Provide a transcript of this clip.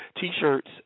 T-shirts